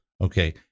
Okay